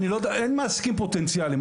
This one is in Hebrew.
אין מעסיקים פוטנציאליים.